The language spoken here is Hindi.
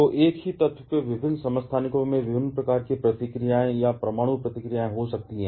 तो एक ही तत्व के विभिन्न समस्थानिकों में विभिन्न प्रकार की प्रतिक्रियाएँ या परमाणु प्रतिक्रियाएँ हो सकती हैं